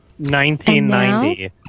1990